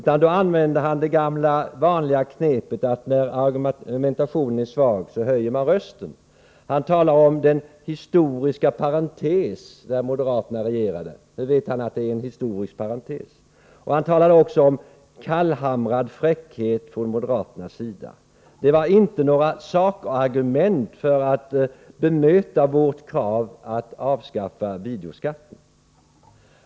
Han använde i stället det gamla vanliga knepet att när argumentationen är svag höjer man rösten. Han talade om den historiska parentes då moderaterna regerade. Hur vet han att det var en historisk parentes? Han talade också om kallhamrad fräckhet från moderaternas sida. Det var inte några sakargument för att bemöta vårt krav att avskaffa videoskatten.